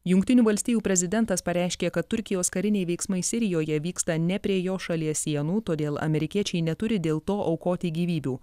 jungtinių valstijų prezidentas pareiškė kad turkijos kariniai veiksmai sirijoje vyksta ne prie jo šalies sienų todėl amerikiečiai neturi dėl to aukoti gyvybių